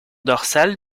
dorsale